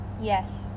Yes